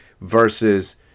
versus